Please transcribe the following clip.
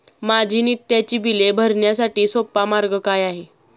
माझी नित्याची बिले भरण्यासाठी सोपा मार्ग काय आहे?